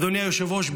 אדוני היושב-ראש,